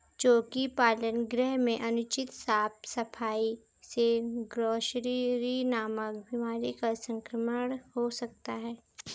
चोकी पालन गृह में अनुचित साफ सफाई से ग्रॉसरी नामक बीमारी का संक्रमण हो सकता है